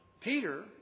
Peter